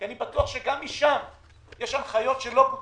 כי אני בטוח שגם שם יש הנחיות שלא בוצעו.